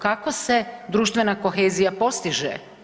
Kako se društvena kohezija postiže?